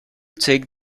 take